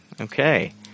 okay